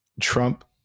Trump